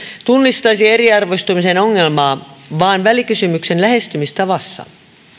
tunnistaisi eriarvoistumisen ongelmaa vaan välikysymyksen lähestymistavassa